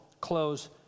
close